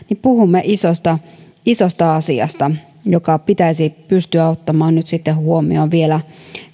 puhumme isosta isosta asiasta joka pitäisi pystyä ottamaan nyt sitten huomioon vielä